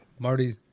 Marty